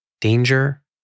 danger